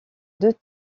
deux